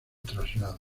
traslado